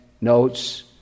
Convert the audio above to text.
notes